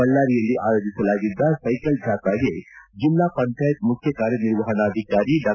ಬಳ್ಳಾರಿಯಲ್ಲಿ ಆಯೋಜಿಸಲಾಗಿದ್ದ ಸೈಕಲ್ ಜಾಥಾಕ್ಕೆ ಜಿಲ್ಲಾ ಪಂಚಾಯಿತಿ ಮುಖ್ಯ ಕಾರ್ಯನಿರ್ವಹಣಾಧಿಕಾರಿ ಡಾ